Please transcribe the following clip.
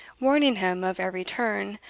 warning him of every turn,